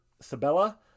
Sabella